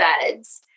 BEDS